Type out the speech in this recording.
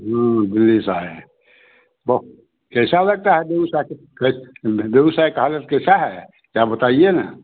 दिल्ली से आए हैं वह कैसा लगता है बेगूसराय के बेगुसराय का हालत कैसा है ज़रा बताइए ना